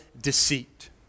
deceit